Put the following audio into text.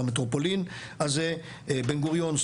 במטרופולין הזה: בן-גוריון,